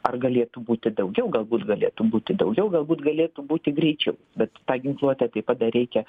ar galėtų būti daugiau galbūt galėtų būti daugiau galbūt galėtų būti greičiau bet tą ginkluotę taip pat dar reikia